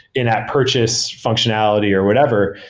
in-app purchase functionality or whatever.